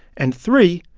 and three,